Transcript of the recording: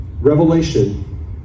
revelation